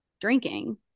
drinking